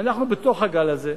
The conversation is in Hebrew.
ואנחנו בתוך הגל הזה,